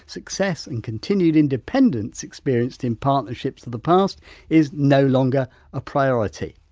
success and continued independent experience in partnerships of the past is no longer a priority.